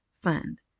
Fund